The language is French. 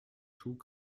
tout